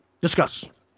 Discuss